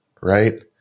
right